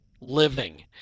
living